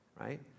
right